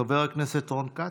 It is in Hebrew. חבר הכנסת רון כץ,